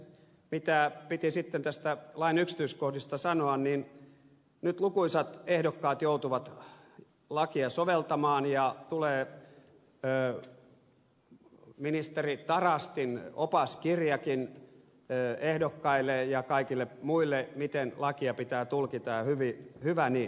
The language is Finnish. mitä piti sitten näistä lain yksityiskohdista sanoa niin nyt lukuisat ehdokkaat joutuvat lakia soveltamaan ja tulee ministeri tarastin opaskirjakin ehdokkaille ja kaikille muille miten lakia pitää tulkita ja hyvä niin